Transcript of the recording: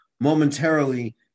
momentarily